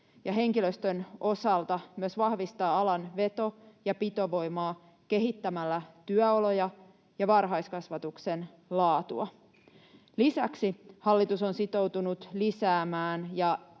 ja henkilöstön osalta myös vahvistaa alan veto- ja pitovoimaa kehittämällä työoloja ja varhaiskasvatuksen laatua. Lisäksi hallitus on sitoutunut lisäämään,